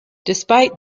despite